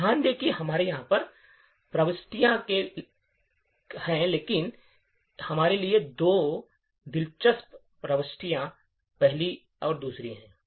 तो ध्यान दें कि हमारे यहाँ कई प्रविष्टियाँ हैं लेकिन हमारे लिए दो दिलचस्प प्रविष्टियाँ पहली और दूसरी हैं